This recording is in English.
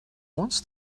wants